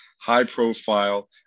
high-profile